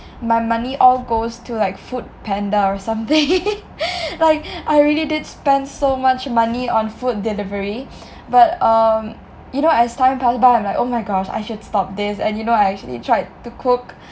my money all goes to like foodpanda or something like I really did spend so much money on food delivery but um you know as time pass by I'm like oh my gosh I should stop this and you know I actually tried to cook